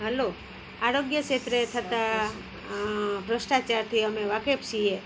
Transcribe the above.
હાલો આરોગ્ય ક્ષેત્રે થતાં ભ્રષ્ટાચારથી અમે વાકેફ છીએ